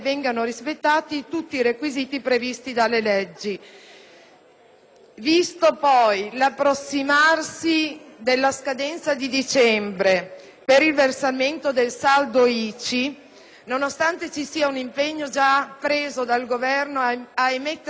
visto l'approssimarsi della scadenza di dicembre per il versamento del saldo ICI, nonostante ci sia un impegno già preso dal Governo ad emettere un provvedimento che ponga fine a tali contenziosi,